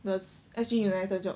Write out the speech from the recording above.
the S_G united job